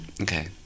Okay